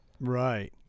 Right